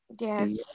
yes